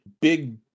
big